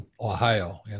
Ohio